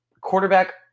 quarterback –